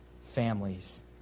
families